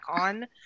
on